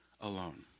alone